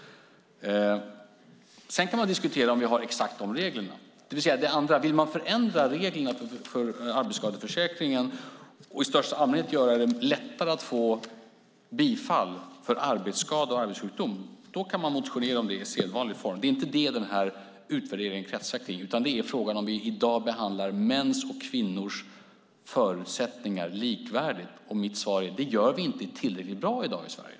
Sedan kan man diskutera om vi har exakt de reglerna. För det andra: Vill man förändra reglerna för arbetsskadeförsäkringen och i största allmänhet göra det lättare att få bifall för arbetsskada och arbetssjukdom, då kan man motionera om det i sedvanlig form. Det är inte det som den här utvärderingen kretsar kring, utan det är frågan om vi i dag behandlar mäns och kvinnors förutsättningar likvärdigt. Och mitt svar är: Det gör vi inte tillräckligt bra i dag i Sverige.